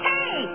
Hey